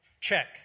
Check